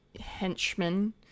henchmen